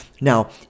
now